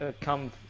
come